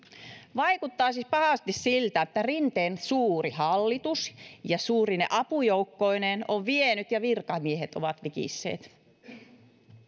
vaikuttaa siis pahasti siltä että rinteen suuri hallitus suurine apujoukkoineen on vienyt ja virkamiehet ovat vikisseet